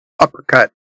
uppercut